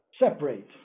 separate